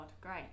Great